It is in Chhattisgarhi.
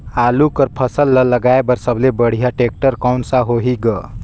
आलू कर फसल ल लगाय बर सबले बढ़िया टेक्टर कोन सा होही ग?